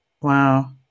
Wow